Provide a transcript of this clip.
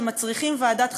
שמצריכים ועדת חקירה,